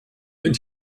and